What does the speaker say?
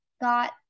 got